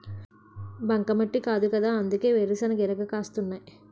బంకమట్టి కాదుకదా అందుకే వేరుశెనగ ఇరగ కాస్తున్నాయ్